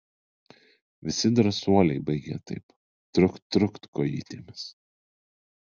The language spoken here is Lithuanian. visi drąsuoliai baigia taip trukt trukt kojytėmis